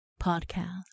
podcast